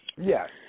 Yes